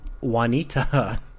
Juanita